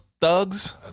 thugs